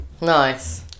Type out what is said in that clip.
Nice